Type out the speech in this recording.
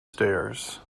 stairs